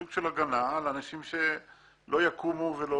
זה סוג של הגנה על אנשים שלא ירצחו,